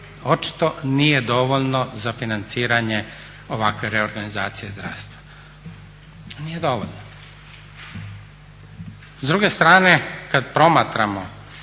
očito nije dovoljno za financiranje ovakve reorganizacije zdravstva, nije dovoljno. S druge strane kad promatramo